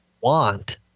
want